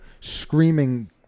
screaming